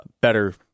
better